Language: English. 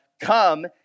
Come